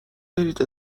برید